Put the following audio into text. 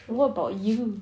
what about you